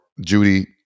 Judy